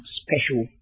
special